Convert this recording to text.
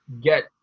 get